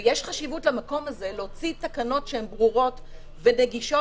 ויש חשיבות למקום הזה להוציא תקנות שהן ברורות ונגישות,